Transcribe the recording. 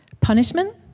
punishment